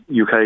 UK